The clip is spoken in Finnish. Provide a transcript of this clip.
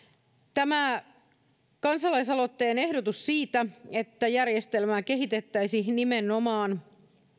kansalaisaloitteen ehdotus siitä että järjestelmää kehitettäisiin nimenomaan